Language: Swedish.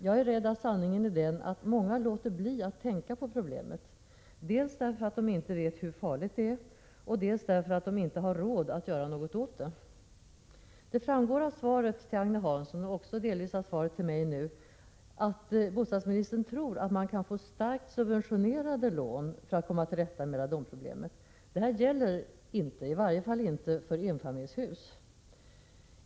Jag är rädd att sanningen är den att många låter bli att tänka på problemet dels därför att de inte vet hur farligt det är, dels därför att de inte har råd att göra någonting åt det. Det framgår av svaret till Agne Hansson och delvis också av svaret till mig att bostadsministern tror att man kan få starkt subventionerade lån för att komma till rätta med radonproblemet. Så är inte fallet, i varje fall inte när det gäller enfamiljshus.